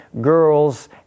girls